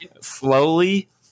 slowly